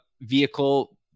vehicle